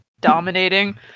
dominating